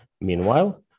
Meanwhile